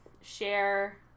share